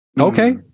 Okay